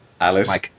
Alice